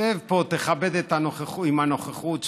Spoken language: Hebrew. שב פה ותכבד אותנו עם הנוכחות שלך,